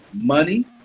Money